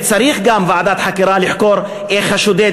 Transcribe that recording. וצריך גם ועדת חקירה לחקור איך השודד,